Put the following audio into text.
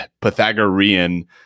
Pythagorean